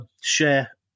share